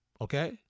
okay